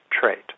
trait